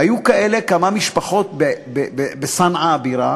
והיו כאלה כמה משפחות בצנעא, הבירה,